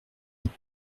les